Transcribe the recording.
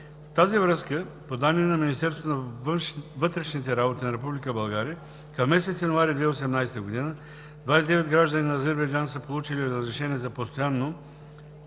тази връзка, по данни на Министерство на вътрешните работи на Република България, към месец януари 2018 г., 29 граждани на Азербайджан са получили разрешения за